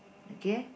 okay